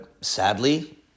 sadly